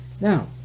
now